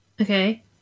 Okay